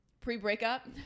pre-breakup